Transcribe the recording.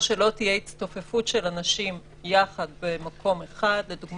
שלא תהיה הצטופפות אנשים יחד במקום אחד למשל,